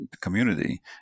community